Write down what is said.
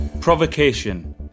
Provocation